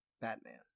Batman